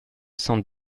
cent